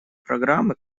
программы